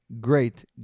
Great